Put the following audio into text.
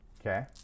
Okay